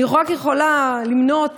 אני רק יכולה למנות